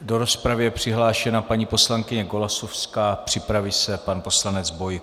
Do rozpravy je přihlášena paní poslankyně Golasowská a připraví se pan poslanec Bojko.